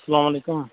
اَسلام علیکُم